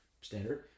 standard